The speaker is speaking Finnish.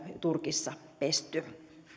turkissa pesty